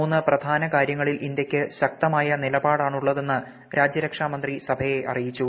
മൂന്ന് പ്രധാന കാര്യങ്ങളിൽ ഇന്ത്യയ്ക്ക് ശക്തമായ നിലപാടാണുള്ളതെന്ന് രാജ്യരക്ഷാമന്ത്രി സഭയെ അറിയിച്ചു